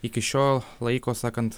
iki šiol laiko sakant